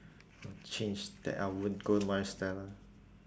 I'll change that I won't go to maris stella